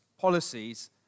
policies